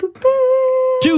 Two